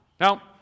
Now